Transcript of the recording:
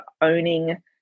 owning